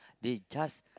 they just